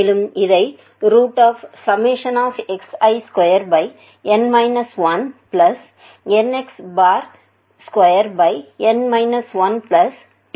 மேலும் இதை xi2nx22nx2 என குறிப்பிடப்படலாம்